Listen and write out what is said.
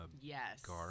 Yes